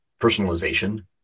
personalization